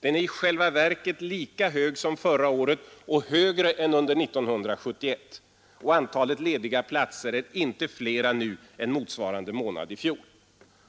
Den är i själva verket lika hög som förra året och högre än 1971. Antalet lediga platser är inte större nu än motsvarande månad i fjol.